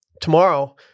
Tomorrow